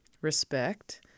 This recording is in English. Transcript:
respect